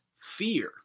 fear